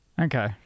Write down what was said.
okay